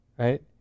Right